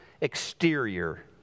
exterior